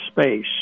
space